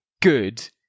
good